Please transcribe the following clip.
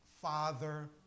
Father